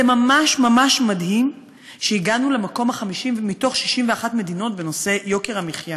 זה ממש ממש מדהים שהגענו למקום ה-50 מתוך 61 מדינות בנושא יוקר המחיה.